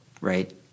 Right